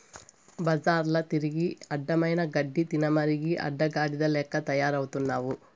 బజార్ల తిరిగి అడ్డమైన గడ్డి తినమరిగి అడ్డగాడిద లెక్క తయారవుతున్నావు